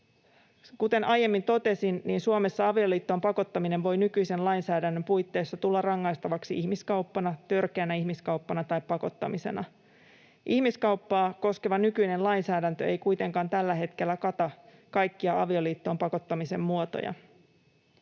Kuten aiemmin totesin, Suomessa avioliittoon pakottaminen voi nykyisen lainsäädännön puitteissa tulla rangaistavaksi ihmiskauppana, törkeänä ihmiskauppana tai pakottamisena. Ihmiskauppaa koskeva nykyinen lainsäädäntö ei kuitenkaan tällä hetkellä kata kaikkia avioliittoon pakottamisen muotoja.